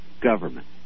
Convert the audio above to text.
government